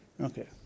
Okay